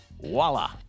Voila